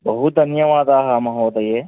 बहु धन्यवादाः महोदये